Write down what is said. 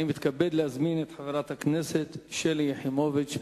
אני מתכבד להזמין את חברת הכנסת שלי יחימוביץ.